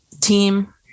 team